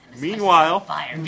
Meanwhile